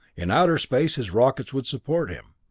in outer space his rockets would support him.